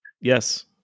Yes